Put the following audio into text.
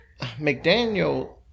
mcdaniel